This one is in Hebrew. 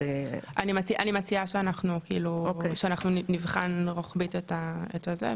אני מציעה שאנחנו נבחן רוחבית את זה,